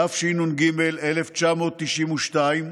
התשנ"ג 1992,